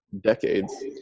decades